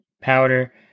powder